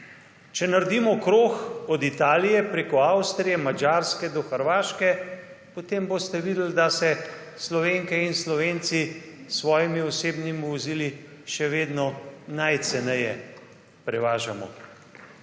Če naredimo krog od Italije, preko Avstrije, Madžarske, do Hrvaške, potem boste videl, da se Slovenke in Slovenci s svojimi osebnimi vozili še vedno najceneje prevažamo.